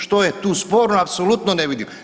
Što je tu sporno, apsolutno ne vidim.